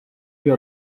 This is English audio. you